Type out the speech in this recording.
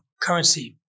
currency